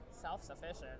Self-sufficient